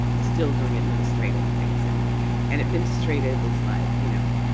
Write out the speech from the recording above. still doing administrative things and an administrative is like, you know,